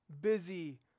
busy